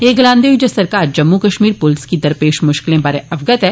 एह गलान्दे होई जे सरकार जम्मू कश्मीर पुलस गी दरपेश मुश्कलें बारै अवगत ऐ